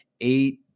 eight